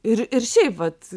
ir ir šiaip vat